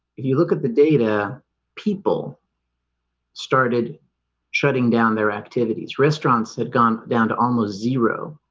if you look at the data people started shutting down their activities restaurants had gone down to almost zero